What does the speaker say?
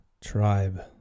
tribe